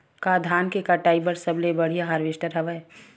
का धान के कटाई बर सबले बढ़िया हारवेस्टर हवय?